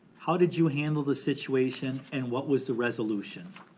how did you handle the situation and what was the resolution?